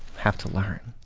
have to learn.